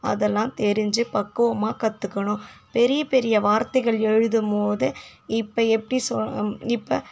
அதெல்லாம் தெரிஞ்சு பக்குவமாக கற்றுக்கணும் பெரிய பெரிய வார்த்தைகள் எழுதும் போது இப்போ எப்படி இப்போ